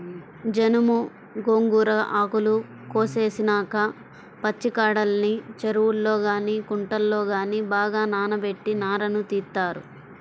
జనుము, గోంగూర ఆకులు కోసేసినాక పచ్చికాడల్ని చెరువుల్లో గానీ కుంటల్లో గానీ బాగా నానబెట్టి నారను తీత్తారు